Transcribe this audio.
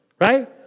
right